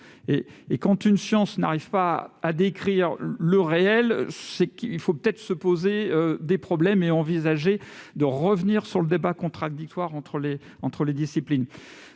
Quand une science n'arrive pas à décrire le réel, c'est qu'il faut peut-être se poser des questions et envisager de revenir au débat contradictoire entre les disciplines.